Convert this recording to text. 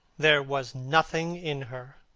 there was nothing in her.